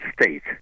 state